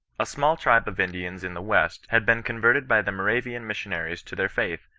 a small tribe of indians in the west had been converted by the moravian missionaries to their faith,